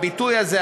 הביטוי הזה,